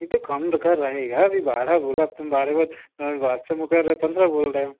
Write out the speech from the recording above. नहीं तो कम का रहेगा अभी बारह बोला तुम बारे के बाद अभी बहस तुम कर रहे पन्द्रह बोल रहे हो